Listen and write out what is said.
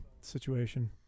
situation